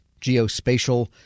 geospatial